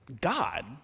God